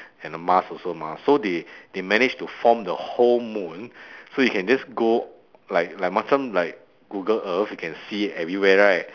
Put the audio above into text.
and the mars also mah so they they managed to form the whole moon so you can just go like like macam like google earth you can see everywhere right